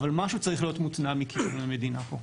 אבל משהו צריך להיות מותנע מכיוון המדינה פה.